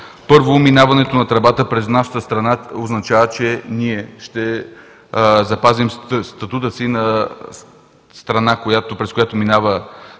Първо, минаването на тръбата през нашата страна означава, че ние ще запазим статута си на страна, през която минава